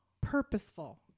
purposeful